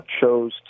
chose